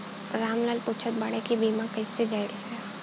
राम लाल पुछत बाड़े की बीमा कैसे कईल जाला?